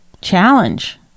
challenge